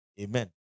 Amen